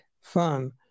fun